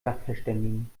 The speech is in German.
sachverständigen